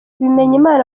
bimenyimana